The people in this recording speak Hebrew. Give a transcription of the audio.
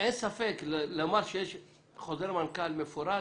אין ספק, לומר שיש חוזר מנכ"ל מפורט?